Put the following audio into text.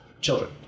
children